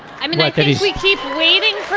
i mean what that is we keep waiting for